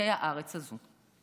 מחלקי הארץ הזו.